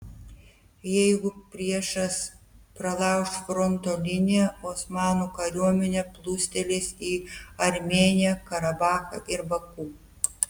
jeigu priešas pralauš fronto liniją osmanų kariuomenė plūstelės į armėniją karabachą ir baku